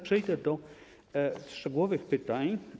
Przejdę do szczegółowych pytań.